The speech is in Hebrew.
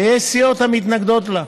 ויש סיעות המתנגדות לה,